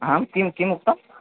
आं किं किमुक्तम्